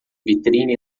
vitrine